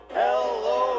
hello